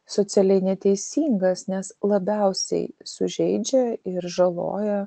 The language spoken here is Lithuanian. socialiai neteisingas nes labiausiai sužeidžia ir žaloja